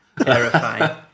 Terrifying